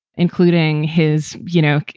including his, you know,